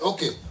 Okay